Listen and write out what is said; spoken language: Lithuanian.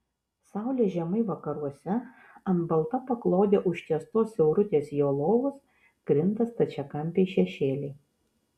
saulė žemai vakaruose ant balta paklode užtiestos siaurutės jo lovos krinta stačiakampiai šešėliai